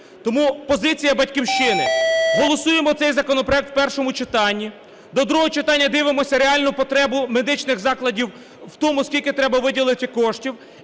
Тому позиція "Батьківщини": голосуємо цей законопроект в першому читанні, до другого читання дивимося реальну потребу медичних закладів в тому, скільки треба виділити коштів.